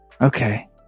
okay